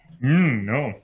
No